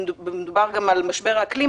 ומדובר גם על משבר האקלים,